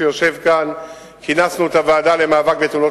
שיושב כאן: כינסנו את הוועדה למאבק בתאונות